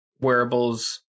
wearables